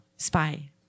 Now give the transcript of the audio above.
Spy